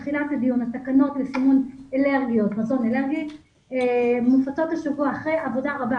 התקנות לסימון מזון אלרגי מופצות השבוע אחרי עבודה רבה